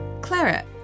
claret